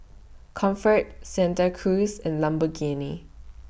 Comfort Santa Cruz and Lamborghini